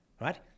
right